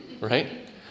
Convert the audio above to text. right